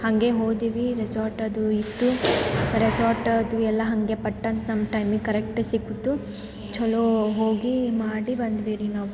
ಹಂಗೇ ಹೊದೀವಿ ರೆಸಾರ್ಟ್ ಅದು ಇತ್ತು ರೆಸಾರ್ಟದು ಎಲ್ಲ ಹಂಗೆ ಪಟ್ ಅಂತ ನಮ್ಗೆ ಟೈಮಿಗೆ ಕರೆಕ್ಟ್ ಸಿಕ್ತು ಚಲೋ ಹೋಗಿ ಮಾಡಿ ಬಂದ್ವಿ ರೀ ನಾವು